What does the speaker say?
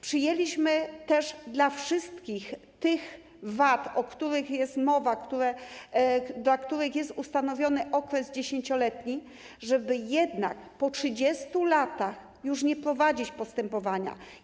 Przyjęliśmy też dla wszystkich tych wad, o których jest mowa, dla których jest ustanowiony okres 10-letni, żeby jednak po 30 latach już nie prowadzić postępowania.